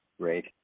Great